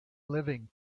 living